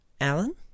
Alan